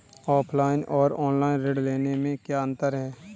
Offline और online ऋण लेने में क्या अंतर है?